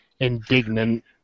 indignant